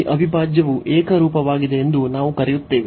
ಈ ಅವಿಭಾಜ್ಯವು ಏಕರೂಪವಾಗಿದೆ ಎಂದು ನಾವು ಕರೆಯುತ್ತೇವೆ